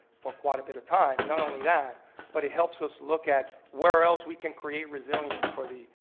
for quite a bit of time, not only that but it helps us look at where else we can create resiliency for the,